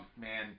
man